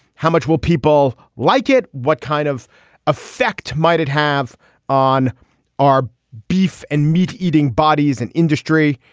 how much will people like it. what kind of effect might it have on our beef and meat eating bodies and industry.